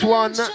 one